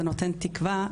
זה נותן תקווה,